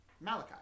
Malachi